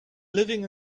living